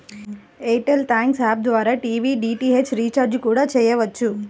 air tell thanks app ద్వారా TV DTH recharge కూడా చెయ్యొచ్చు